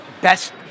best